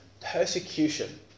persecution